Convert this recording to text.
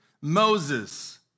Moses